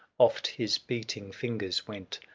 oft his beating fingers went.